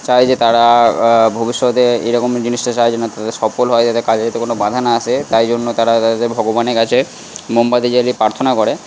চায় যে তারা ভবিষ্যতে এই রকমই জিনিসটা চায় যেন তারা সফল হয় তাদের কাজে যাতে কোনো বাধা না আসে তাই জন্য তারা তাদের ভগবানের কাছে মোমবাতি জ্বালিয়ে প্রার্থনা করে